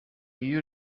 iyo